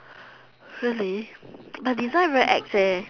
really the design very ex eh